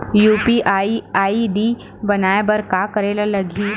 UPI ID बनाये बर का करे ल लगही?